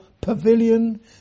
pavilion